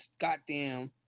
goddamn